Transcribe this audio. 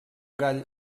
gall